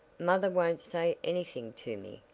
mother won't say anything to me,